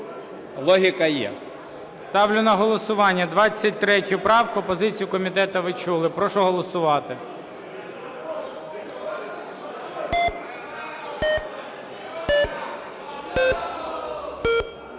ГОЛОВУЮЧИЙ. Ставлю на голосування 23 правку. Позицію комітету ви чули. Прошу голосувати.